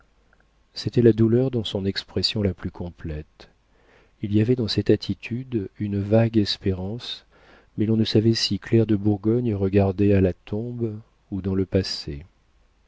c'était la douleur dans son expression la plus complète il y avait dans cette attitude une vague espérance mais on ne savait si claire de bourgogne regardait à la tombe ou dans le passé